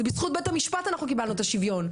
זה בזכות בית המשפט אנחנו קיבלנו את השוויון,